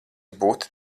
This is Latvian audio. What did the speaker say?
būtu